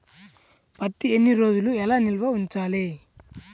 పత్తి ఎన్ని రోజులు ఎలా నిల్వ ఉంచాలి?